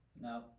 No